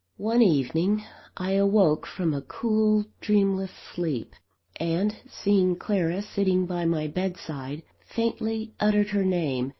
one evening i awoke from a cool, dreamless sleep and, seeing clara sitting by my bedside, faintly uttered her name,